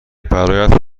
برایت